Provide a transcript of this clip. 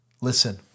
Listen